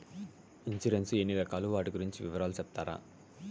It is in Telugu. ఇన్సూరెన్సు ఎన్ని రకాలు వాటి గురించి వివరాలు సెప్తారా?